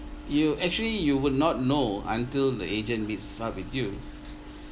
you actually you will not know until the agent meets up with you